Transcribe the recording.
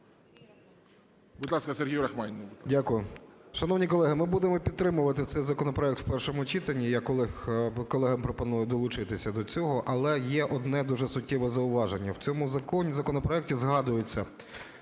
Дякую. Шановні колеги, ми будемо підтримувати цей законопроект в першому читанні. Я колегам пропоную долучитися до цього, але є одне дуже суттєве зауваження. В цьому законі, законопроекті, згадується,